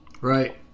Right